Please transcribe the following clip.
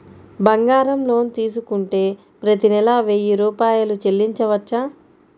బంగారం లోన్ తీసుకుంటే ప్రతి నెల వెయ్యి రూపాయలు చెల్లించవచ్చా?